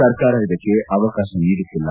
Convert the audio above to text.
ಸರ್ಕಾರ ಇದಕ್ಕೆ ಅವಕಾಶವನ್ನು ನೀಡುತ್ತಿಲ್ಲ